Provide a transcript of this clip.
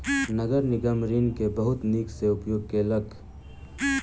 नगर निगम ऋण के बहुत नीक सॅ उपयोग केलक